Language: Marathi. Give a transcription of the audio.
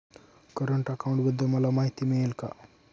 करंट अकाउंटबद्दल मला माहिती मिळेल का?